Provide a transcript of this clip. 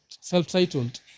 self-titled